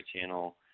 Channel